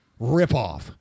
ripoff